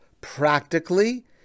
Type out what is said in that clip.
practically